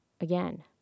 again